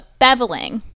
beveling